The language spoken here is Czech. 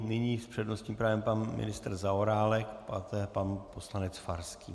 Nyní s přednostním právem pan ministr Zaorálek, pak pan poslanec Farský.